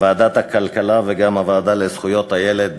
בוועדת הכלכלה וגם בוועדה לזכויות הילד.